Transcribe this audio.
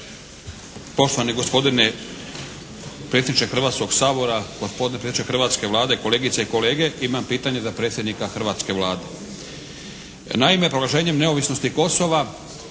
Poštovani gospodine, predsjedniče Hrvatskog sabora, gospodine predsjedniče hrvatske Vlade, kolegice i kolege. Imam pitanje za predsjednika Hrvatske vlade. Naime proglašenjem neovisnosti Kosova